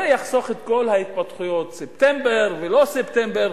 זה יחסוך את כל ההתפתחויות, ספטמבר ולא ספטמבר,